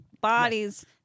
bodies